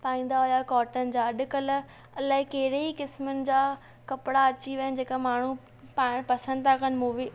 पाईंदा हुआ कॉटन जा अॼुकल्ह अलाए कहिड़े ई क़िस्मनि जा कपड़ा अची विया आहिनि जेके माण्हू पाइणु पसंद था कनि मूवी